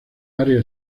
área